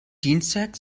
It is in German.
dienstag